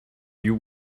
you